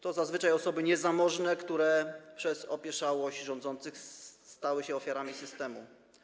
To zazwyczaj osoby niezamożne, które przez opieszałość rządzących stały się ofiarami systemu.